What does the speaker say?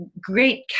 great